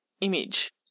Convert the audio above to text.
image